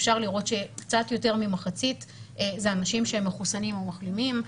אפשר לראות שקצת יותר ממחצית אלה הם אנשים שהם מחוסנים או מחלימים,